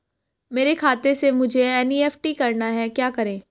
मेरे खाते से मुझे एन.ई.एफ.टी करना है क्या करें?